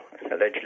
allegedly